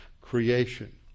creation